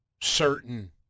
certain